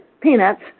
peanuts